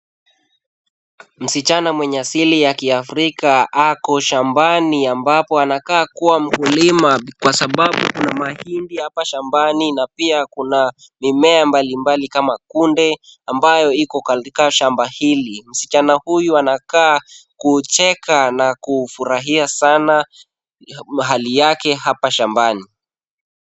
Msichana mwenye asili ya kiafrika ako shambani ambapo anakaa kuwa mkulima, kwa sababu kuna mahindi hapa shambani na pia kuna mimea mbalimbali kama kunde ambayo iko katika shamba hili. Msichana huyu anakaa kucheka na kufurahia sana mahali yake hapa shambani.